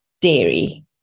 dairy